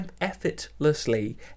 effortlessly